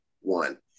one